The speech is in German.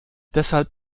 deshalb